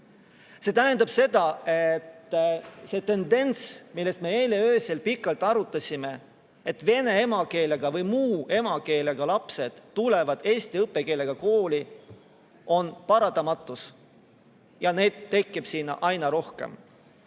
See tähendab seda, et see tendents, mida me eile öösel pikalt arutasime, et vene emakeelega või muu emakeelega lapsed tulevad eesti õppekeelega kooli, on paratamatus. Ja neid tekib sinna aina rohkem. Ma